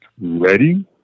Ready